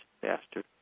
faster